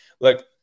Look